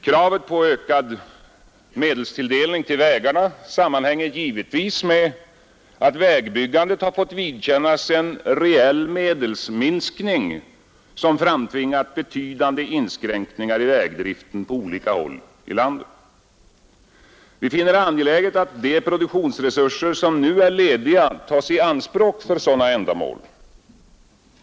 Kravet på ökad medelstilldelning till vägarna sammanhänger givetvis med att vägbyggandet har fått vidkännas en reell medelsminskning som framtvingat betydande inskränkningar i vägdriften på olika håll i landet. Vi finner det angeläget att de produktionsresurser som nu är lediga tas i anspråk för sådana ändamål.